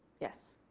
yes.